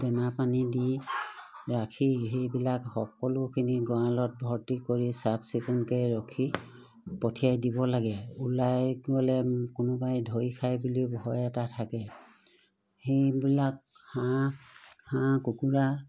দেনা পানী দি ৰাখি সেইবিলাক সকলোখিনি গঁড়ালত ভৰ্তি কৰি চাফ চিকুণকৈ ৰখি পঠিয়াই দিব লাগে ওলাই গ'লে কোনোবাই ধৰি খায় বুলিও ভয় এটা থাকে সেইবিলাক হাঁহ হাঁহ কুকুৰা